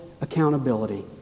accountability